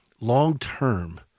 long-term